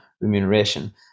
remuneration